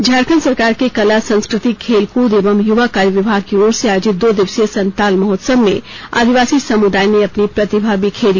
झारखंड सरकार के कला संस्कृति खेलकूद एवं युवा कार्य विभाग की ओर से आयोजित दो दिवसीय संताल महोत्सव में आदिवासी समुदाय ने अपनी प्रतिभा बिखेरी